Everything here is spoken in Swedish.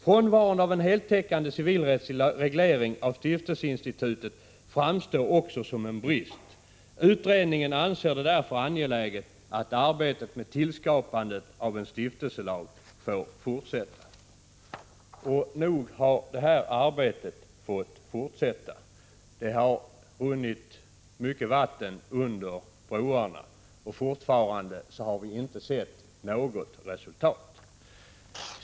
Frånvaron från en heltäckande civilrättslig reglering av stiftelseinstitutet framstår också som en brist. Utredningen anser det angeläget att arbetet med tillskapandet av en stiftelselag får fortsätta.” Och nog har det arbetet fått fortsätta! Det har runnit mycket vatten under broarna, och fortfarande har vi inte sett något resultat.